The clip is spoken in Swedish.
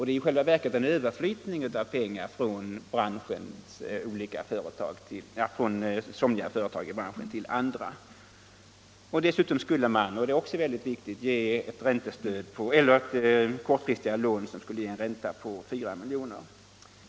Det är i själva verket fråga om överflyttning av pengar från somliga företag inom branschen till andra. Dessutom skulle man — och det är också väldigt viktigt — lämna kortfristiga lån som skulle ge en ränta på 4 milj.kr.